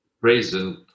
present